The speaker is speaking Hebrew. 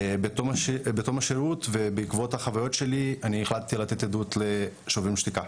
בתום השירות ובעקבות החוויות שלי אני החלטתי לתת עדות לשוברים שתיקה,